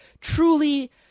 truly